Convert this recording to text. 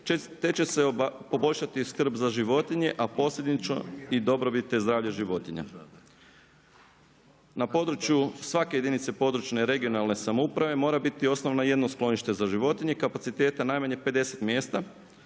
te će se poboljšati skrb za životinje, a posljedično i dobrobit zdravlje životinja. Na području svake jedinica područne i regionalne samouprave mora biti osnovano jedno sklonište za životinje kapaciteta najmanje 50 mjesta,